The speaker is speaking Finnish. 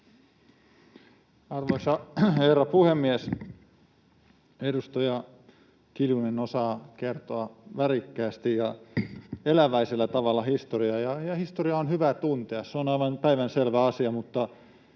Arvoisa herra puhemies! Edustaja Kiljunen osaa kertoa värikkäästi ja eläväisellä tavalla historiaa, ja historia on hyvä tuntea, se on aivan päivänselvä asia, mutta